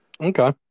Okay